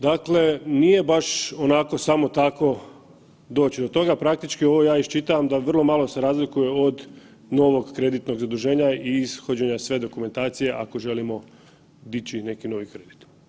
Dakle, nije baš onako samo tako doći do toga, praktički ovo ja iščitavam da vrlo malo se razlikuje od novog kreditnog zaduženja i ishođenja sve dokumentacije ako želimo dići neki novi kredit.